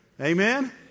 Amen